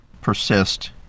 persist